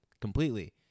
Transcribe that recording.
completely